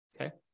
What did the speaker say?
Okay